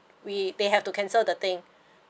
we they have to cancel the thing